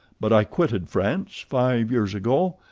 but i quitted france five years ago,